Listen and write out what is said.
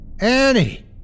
Annie